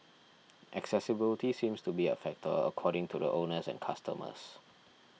accessibility seems to be a factor according to the owners and customers